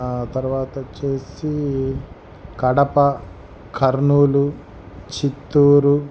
తరువాత వచ్చేసి కడప కర్నూలు చిత్తూరు